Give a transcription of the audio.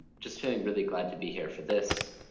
just feeling really glad to be here for this.